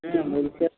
হ্যাঁ বলছি